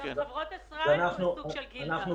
גם